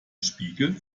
spiegeln